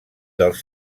dels